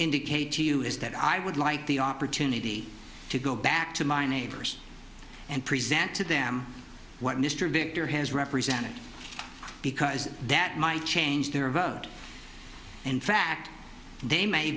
indicate to you is that i would like the opportunity to go back to my neighbors and present to them what mr victor has represented because that might change their vote in fact they may